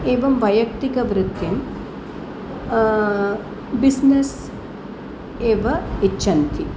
एवं वैयक्तिकवृत्तिं बिज़्नेस् एव इच्छन्ति